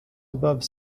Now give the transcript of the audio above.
above